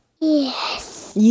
Yes